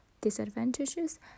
disadvantages